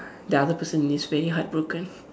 the other person is very heartbroken